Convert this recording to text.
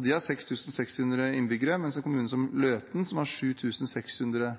De har 6 600 innbyggere. Mens en kommune som Løten, som har